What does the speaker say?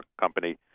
Company